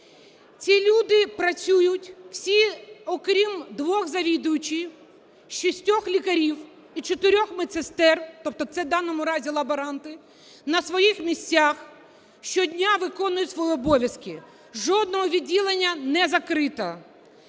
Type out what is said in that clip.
Ці люди працюють всі, - окрім двох завідуючих, шістьох лікарів і чотирьох медсестер, тобто це в даному разі лаборанти, - на своїх місцях, щодня виконують свої обов'язки. Жодного відділення не закрито.